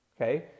okay